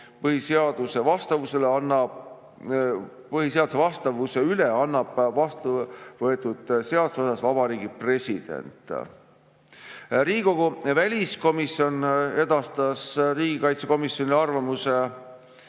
põhiseadusele vastavuse kohta annab vastuvõetud seaduse puhul Vabariigi President. Riigikogu väliskomisjon edastas riigikaitsekomisjonile arvamuse